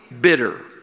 bitter